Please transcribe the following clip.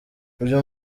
uyu